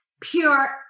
pure